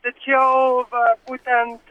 tačiau va būtent